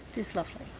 is lovely.